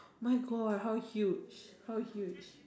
my God how huge how huge